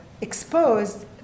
exposed